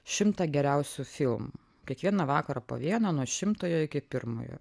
šimtą geriausių filmų kiekvieną vakarą po vieną nuo šimtojo iki pirmojo